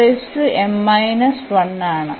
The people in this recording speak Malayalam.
അതിനാൽ ഇത് ആണ്